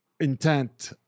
intent